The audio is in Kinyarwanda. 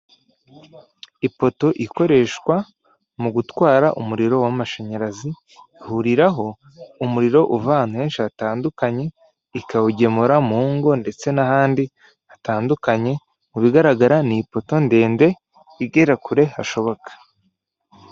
Ipoto ikoreshwa mu gutwara umuriro w'amashanyarazi, ihuriraho umuriro uva ahantu henshi hatandukanye, ikawugemura mu ngo ndetse n'ahandi hatandukanye, mu bigaragara ni ipoto ndende, igera kure hashoboka.